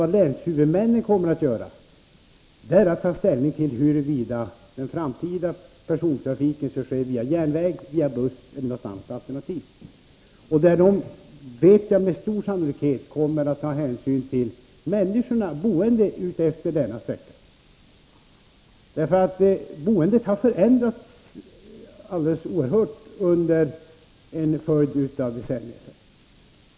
Vad länshuvudmännen har att göra är att ta ställning till om den fortsatta persontrafiken skall ske via järnväg eller via buss eller om det finns något annat alternativ. De kommer med stor sannolikhet att ta hänsyn till dem som bor utmed den sträcka det gäller. Boendet har förändrats oerhört mycket under en följd av decennier.